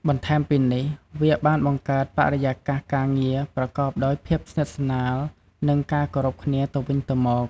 បន្ថែមពីនេះ វាបានបង្កើតបរិយាកាសការងារប្រកបដោយភាពស្និទ្ធស្នាល និងការគោរពគ្នាទៅវិញទៅមក។